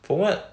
for what